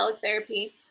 therapy